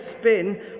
spin